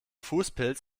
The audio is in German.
fußpilz